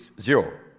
zero